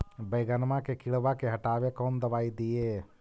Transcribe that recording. बैगनमा के किड़बा के हटाबे कौन दवाई दीए?